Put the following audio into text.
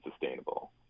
sustainable